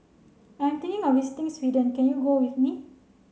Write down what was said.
I'm thinking of visiting Sweden can you go with me